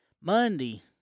Monday